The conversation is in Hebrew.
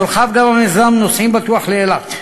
יורחב גם המיזם "נוסעים בטוח לאילת".